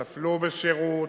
נפלו בשירות,